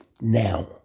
now